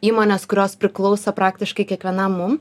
įmonės kurios priklauso praktiškai kiekvienam mum